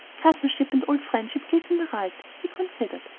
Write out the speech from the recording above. cousinship and old friendship gave him a right, he considered,